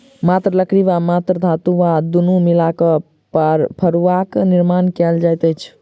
मात्र लकड़ी वा मात्र धातु वा दुनू मिला क फड़ुआक निर्माण कयल जाइत छै